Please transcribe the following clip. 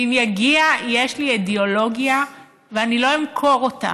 ואם יגיע, יש לי אידיאולוגיה, ואני לא אמכור אותה.